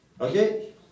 Okay